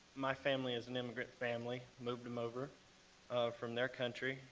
my family is an immigrant family. moved them over from their country.